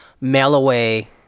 mail-away